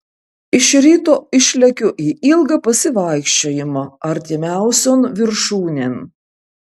iš ryto išlekiu į ilgą pasivaikščiojimą artimiausion viršūnėn